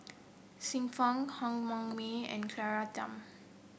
Xiu Fang Han Yong May and Claire Tham